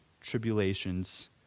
tribulations